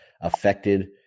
affected